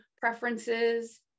preferences